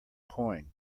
coin